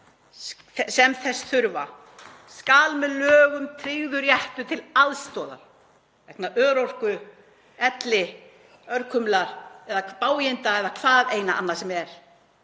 sem þess þurfa skuli með lögum tryggður réttur til aðstoðar vegna örorku, elli, örkumlunar eða báginda eða hvað eina annað sem er.